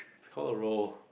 it's called the roar